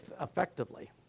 effectively